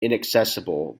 inaccessible